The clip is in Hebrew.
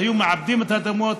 היו מעבדים את האדמות.